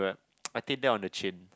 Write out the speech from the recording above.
I sit there on the chin